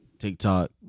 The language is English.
TikTok